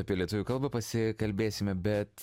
apie lietuvių kalbą pasikalbėsime bet